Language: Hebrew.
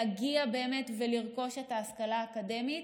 להגיע ולרכוש את ההשכלה האקדמית,